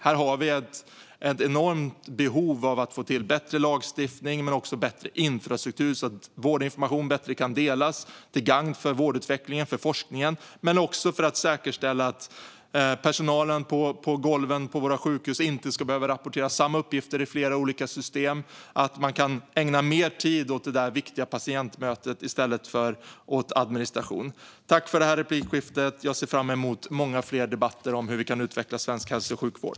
Här har vi ett enormt behov av att få till bättre lagstiftning men också bättre infrastruktur så att vårdinformation bättre kan delas, till gagn för vårdutvecklingen och forskningen men också för att säkerställa att personalen på golven på våra sjukhus inte ska behöva rapportera samma uppgifter i flera olika system utan kan ägna mer tid åt det viktiga patientmötet i stället för åt administration. Tack för det här replikskiftet, Yasmine Bladelius! Jag ser fram emot många fler debatter om hur vi kan utveckla svensk hälso och sjukvård.